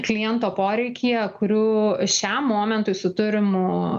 kliento poreikyje kurių šiam momentui su turimu